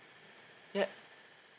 yup